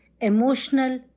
emotional